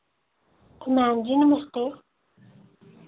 ma'am ji नमस्ते